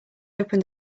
open